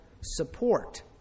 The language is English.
support